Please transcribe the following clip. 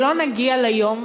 שלא נגיע ליום,